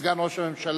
סגן ראש הממשלה,